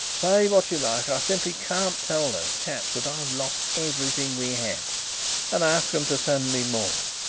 say what you like, i simply can't tell those chaps that i've lost everything we had and ask them to send me more.